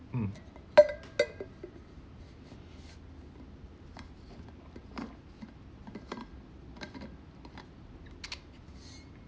mm